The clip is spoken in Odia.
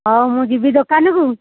ହଉ ମୁଁ ଯିବି ଦୋକାନକୁ